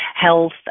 health